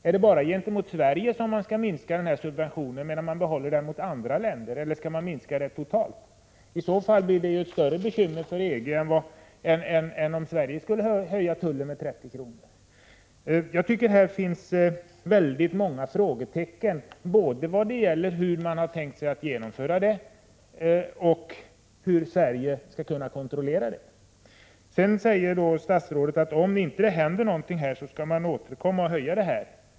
Är det bara gentemot Sverige som EG skall minska den här subventionen, medan man behåller den gentemot andra länder, eller skall man minska den totalt? I så fall blir den här lösningen ett större bekymmer för EG än om Sverige skulle höja tullen med 30 kr. per 100 kg. Det finns väldigt många frågetecken i vad gäller både hur man har tänkt sig att genomföra den här saken och hur Sverige skall kunna kontrollera att överenskommelsen fullföljs. Statsrådet säger vidare att om det inte händer någonting, så skall Sverige återkomma och höja tullen.